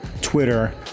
Twitter